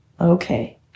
Okay